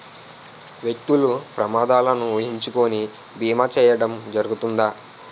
వ్యక్తులు ప్రమాదాలను ఊహించుకొని బీమా చేయడం జరుగుతుంది